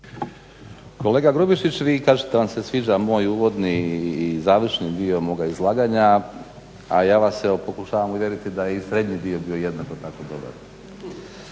Kolega Grubišić, vi kažete da vam se sviđa moj uvodni i završni dio moga izlaganja, a ja vas pokušavam uvjeriti da je i srednji dio bio jednako tako dobar.